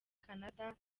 canada